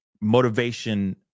motivation